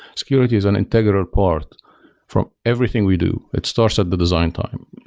security is an integral part from everything we do. it starts at the design time.